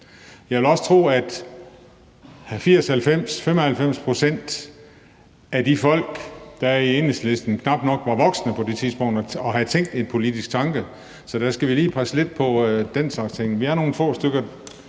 Jeg vil også tro, at 80 pct., 90 pct., 95 pct. af de folk, der er i Enhedslisten, knap nok var voksne på det tidspunkt og havde tænkt en politisk tanke. Så den slags ting skal vi lige passe lidt på med. Vi er nogle få stykker,